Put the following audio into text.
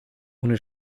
ohne